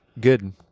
good